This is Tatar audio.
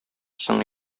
соң